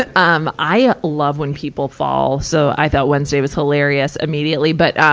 ah um i love when people fall. so i thought wednesday was hilarious immediately. but, um,